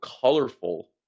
colorful